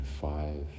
five